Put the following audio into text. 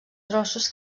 trossos